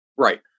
Right